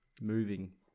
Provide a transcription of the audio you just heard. moving